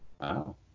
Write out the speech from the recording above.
Wow